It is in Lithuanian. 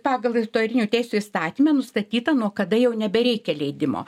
pagal autorinių teisių įstatymą nustatyta nuo kada jau nebereikia leidimo